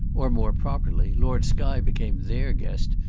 or, more properly, lord skye became their guest,